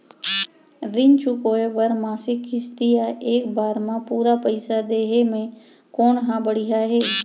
ऋण चुकोय बर मासिक किस्ती या एक बार म पूरा पइसा देहे म कोन ह बढ़िया हे?